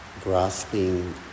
grasping